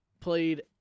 played